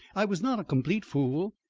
i was not a complete fool.